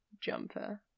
jumper